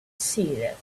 seated